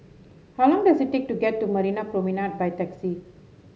how long does it take to get to Marina Promenade by taxi